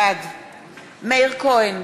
בעד מאיר כהן,